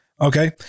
okay